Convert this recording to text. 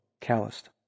calloused